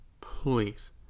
please